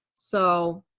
so.